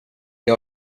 jag